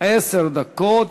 עשר דקות.